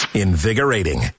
invigorating